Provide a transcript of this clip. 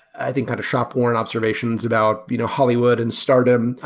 i think kind of shopworn observations about you know hollywood and stardom.